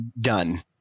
done